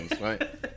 right